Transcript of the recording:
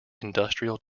industrial